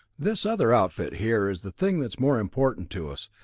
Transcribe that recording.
this other outfit here is the thing that is more important to us.